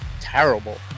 terrible